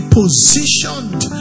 positioned